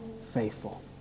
faithful